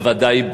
בוודאי,